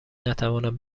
نتواند